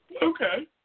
Okay